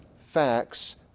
facts